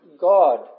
God